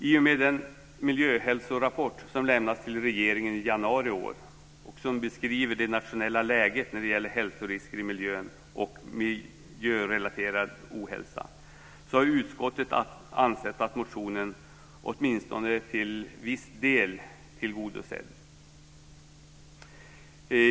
I och med den miljöhälsorapport som lämnades till regeringen i januari i år som beskriver det nationella läget när det gäller hälsorisker i miljön och miljörelaterad ohälsa har utskottet ansett att motionen åtminstone till viss del har blivit tillgodosedd.